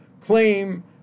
claim